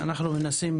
אנחנו מנסים